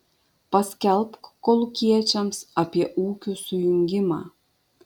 paskelbk kolūkiečiams apie ūkių sujungimą